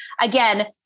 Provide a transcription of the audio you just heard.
again